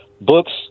Books